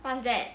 what's that